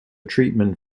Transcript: treatment